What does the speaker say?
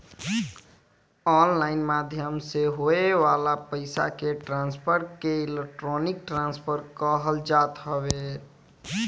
online माध्यम से होए वाला पईसा के ट्रांसफर के इलेक्ट्रोनिक ट्रांसफ़र कहल जात हवे